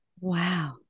wow